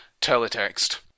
Teletext